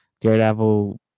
Daredevil